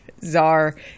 czar